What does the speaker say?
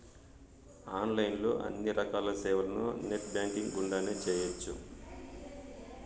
online లో అన్ని రకాల సేవలను నెట్ బ్యాంకింగ్ గుండానే చేయ్యొచ్చు